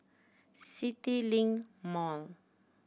CityLink Mall